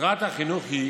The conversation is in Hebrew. מטרת החינוך היא